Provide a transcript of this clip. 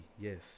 yes